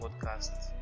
podcast